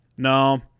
No